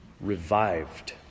revived